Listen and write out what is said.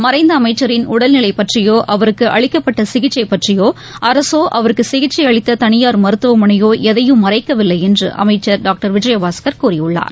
மறைந்தஅமைச்சரின் உடல்நிலைபற்றியோஅவருக்குஅளிக்கப்பட்டசிகிச்சைபற்றியோஅரசோ அவருக்குசிகிச்சைஅளித்ததனியார் மருத்துவமனையோஎதையும் மறைக்கவில்லைஎன்றுஅமைச்சர் டாக்டர் விஜயபாஸ்கர் கூறியுள்ளார்